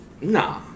Nah